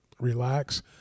Relax